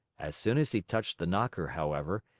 as soon as he touched the knocker, however,